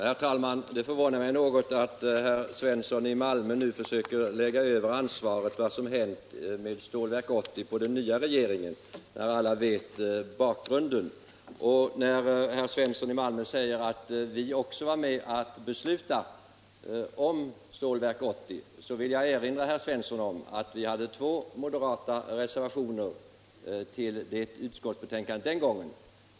Herr talman! Det förvånar mig något att herr Svensson i Malmö nu försöker att lägga över ansvaret för vad som hänt med Stålverk 80 på den nya regeringen, när alla vet bakgrunden. När herr Svensson i Malmö säger att vi också var med och beslutade om Stålverk 80 vill jag erinra herr Svensson om att vi hade två moderata reservationer till utskottsbetänkandet den gången.